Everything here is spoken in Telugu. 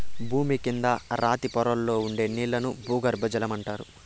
భూమి కింద రాతి పొరల్లో ఉండే నీళ్ళను భూగర్బజలం అంటారు